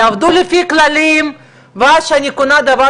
יעבדו לפי כללים ואז כשאני קונה דבר